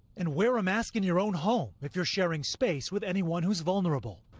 and wear a mask in your own home if you're sharing space with anyone who's vulnerable.